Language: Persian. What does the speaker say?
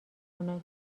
اونا